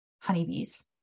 honeybees